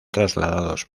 trasladados